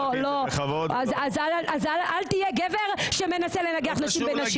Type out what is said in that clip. אל תהיה גבר שמנסה לנגח נשים בנשים.